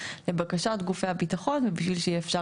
לבקשת גופי הביטחון ובשביל שיהיה אפשר